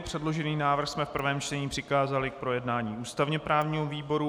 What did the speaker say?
Předložený návrh jsme v prvém čtení přikázali k projednání ústavněprávnímu výboru.